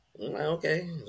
okay